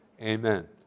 Amen